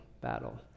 battle